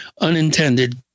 unintended